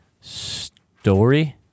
Story